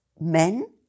men